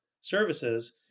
services